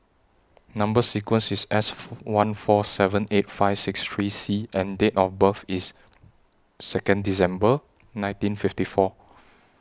Number sequence IS S one four seven eight five six three C and Date of birth IS Second December nineteen fifty four